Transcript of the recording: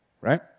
right